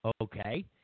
okay